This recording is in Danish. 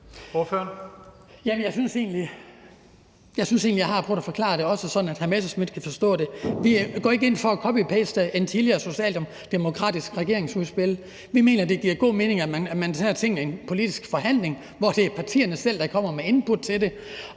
også sådan at hr. Morten Messerschmidt kan forstå det. Vi går ikke ind for at copy-paste en tidligere socialdemokratisk regerings udspil. Vi mener, at det giver god mening, at man tager tingene i en politisk forhandling, hvor det er partierne selv, der kommer med input til det.